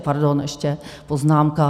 Pardon, ještě poznámka.